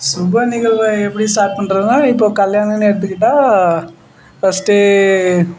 சுப நிகழ்வை எப்படி ஸ்டார்ட் பண்றதுனால் இப்போது கல்யாணன்னு எடுத்துக்கிட்டால் ஃபஸ்ட்டு